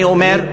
אני אומר,